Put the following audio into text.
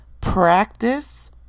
practice